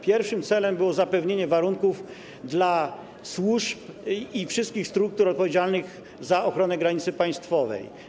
Pierwszym celem było zapewnienie warunków służbom i wszystkim strukturom odpowiedzialnym za ochronę granicy państwowej.